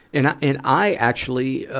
and i, and i actually, ah,